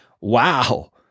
Wow